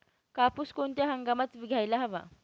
कापूस कोणत्या हंगामात घ्यायला हवा?